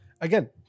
Again